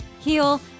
heal